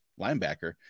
linebacker